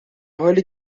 حالی